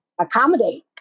accommodate